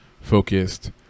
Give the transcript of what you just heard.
focused